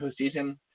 postseason